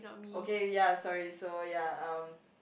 okay ya sorry so ya um